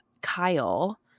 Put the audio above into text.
Kyle